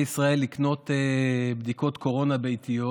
ישראל לקנות בדיקות קורונה ביתיות,